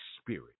spirit